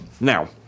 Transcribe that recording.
Now